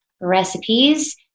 recipes